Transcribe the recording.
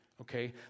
Okay